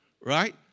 right